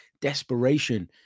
desperation